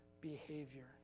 behavior